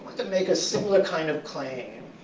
to make a similar kind of claim,